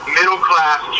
middle-class